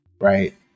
right